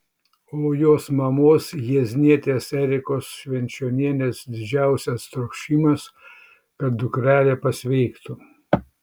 o jos mamos jieznietės erikos švenčionienės didžiausias troškimas kad dukrelė pasveiktų